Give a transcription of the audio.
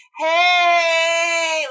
hey